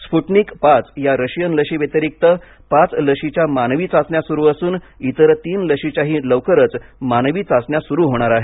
Sputnik पाच या Russian लशी व्यतिरिक्त पाच लशीच्या मानवी चाचण्या सुरू असून इतर तीन लशीच्याही लवकरच मानवी चाचण्या सुरू होणार आहेत